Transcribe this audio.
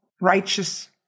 righteous